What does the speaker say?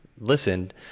listened